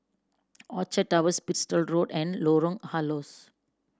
Orchard Towers Bristol Road and Lorong Halus